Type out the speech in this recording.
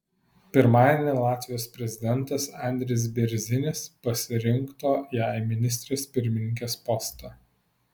pirmadienį latvijos prezidentas andris bėrzinis pasirinkto ją į ministrės pirmininkės postą